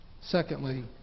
Secondly